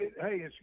Hey